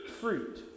fruit